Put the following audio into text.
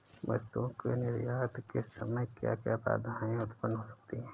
वस्तुओं के निर्यात के समय क्या क्या बाधाएं उत्पन्न हो सकती हैं?